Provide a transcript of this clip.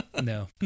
No